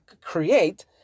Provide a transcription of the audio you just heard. create